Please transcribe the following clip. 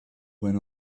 when